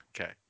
Okay